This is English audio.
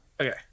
okay